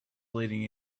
leading